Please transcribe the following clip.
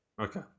Okay